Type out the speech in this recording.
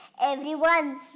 Everyone's